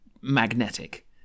magnetic